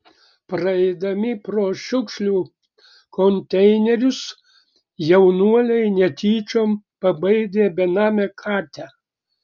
praeidami pro šiukšlių konteinerius jaunuoliai netyčiom pabaidė benamę katę